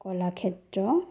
Kalakshetra